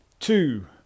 two